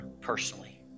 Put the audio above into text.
personally